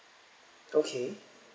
okay